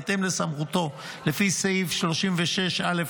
בהתאם לסמכותו לפי סעיף 36(א)